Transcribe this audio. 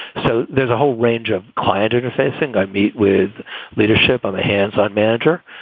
so there's a whole range of client and facing. i meet with leadership on the hands on manager.